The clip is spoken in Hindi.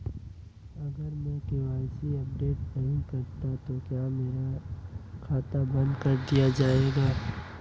अगर मैं के.वाई.सी अपडेट नहीं करता तो क्या मेरा खाता बंद कर दिया जाएगा?